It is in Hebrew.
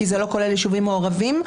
כי זה לא כולל יישובים מעורבים.